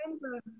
remember